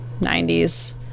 90s